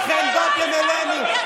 ולכן באתם אלינו.